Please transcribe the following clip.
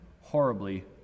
horribly